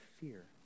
fear